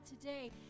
today